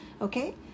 okay